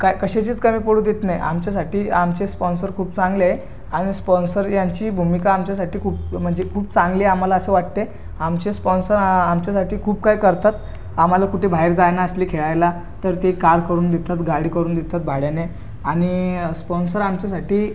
काही कशाचीच कमी पडू देत नाही आमच्यासाठी आमचे स्पॉन्सर मा खूप चांगले आहे आणि स्पॉन्सर यांची भूमिका आमच्यासाठी खूप म्हणजे खूप चांगली आहे आम्हाला असं वाटते आमचे स्पॉन्सर आ आमच्यासाठी खूप काही करतात आम्हाला कुठे बाहेर जाणं असलं खेळायला तर ते कार करून देतात गाडी करून देतात भाड्याने आणि स्पॉन्सर आमच्यासाठी